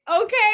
okay